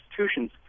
institutions